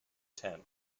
ten